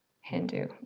Hindu